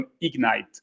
Ignite